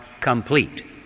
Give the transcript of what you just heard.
complete